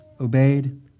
obeyed